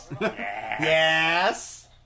Yes